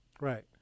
Right